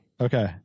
Okay